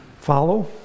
follow